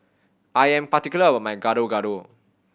I am particular about my Gado Gado